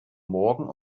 morgen